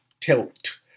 tilt